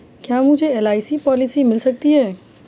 क्या मुझे LIC policy मिल सकती है?